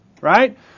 Right